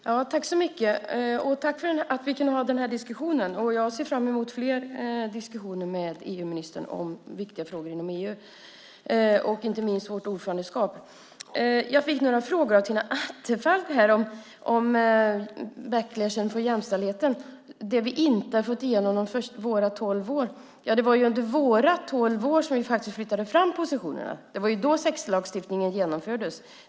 Fru talman! Tack för att vi kan ha den här diskussionen. Jag ser fram emot fler diskussioner med EU-ministern om viktiga frågor inom EU, inte minst vårt ordförandeskap. Jag fick några frågor av Tina Acketoft om backlashen för jämställdheten, det vi inte har fått igenom på våra tolv år. Det var ju under våra tolv år som vi faktiskt flyttade fram positionerna. Det var då sexlagstiftningen genomfördes.